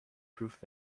proof